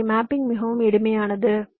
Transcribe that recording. எனவே மேப்பிங் மிகவும் எளிமையானது